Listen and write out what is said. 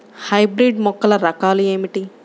Hybrid మొక్కల రకాలు ఏమిటి?